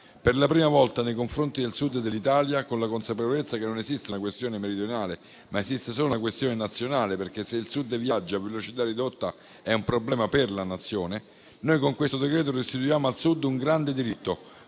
per la prima volta nei confronti del Sud dell'Italia, con la consapevolezza che non esiste una questione meridionale, ma solo una questione nazionale, perché, se il Sud viaggia a velocità ridotta, è un problema per la Nazione, con questo decreto-legge restituiamo al Sud un grande diritto: